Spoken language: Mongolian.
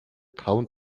таван